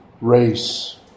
race